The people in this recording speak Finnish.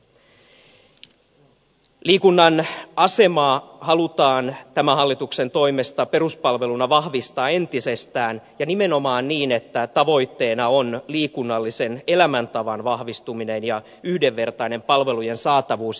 liikunnan asemaa halutaan tämän hallituksen toimesta peruspalveluna vahvistaa entisestään ja nimenomaan niin että tavoitteena on liikunnallisen elämäntavan vahvistuminen ja yhdenvertainen palvelujen saatavuus